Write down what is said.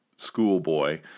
schoolboy